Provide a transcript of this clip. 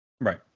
Right